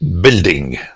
building